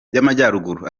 y’amajyaruguru